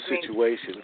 situation